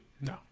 No